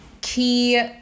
Key